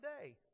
today